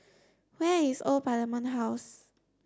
where is Old Parliament House